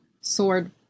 sword